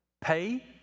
Pay